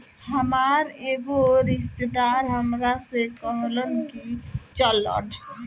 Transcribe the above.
हामार एगो रिस्तेदार हामरा से कहलन की चलऽ